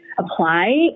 Apply